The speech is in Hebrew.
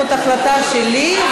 זאת החלטה שלי,